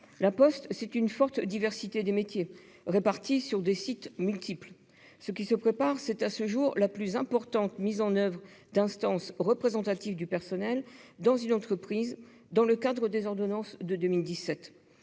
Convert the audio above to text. La Poste, c'est une forte diversité de métiers, répartis sur des sites multiples. Ce qui se prépare est la réforme la plus importante à ce jour d'instances représentatives du personnel d'une entreprise dans le cadre des ordonnances de 2017.